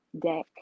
deck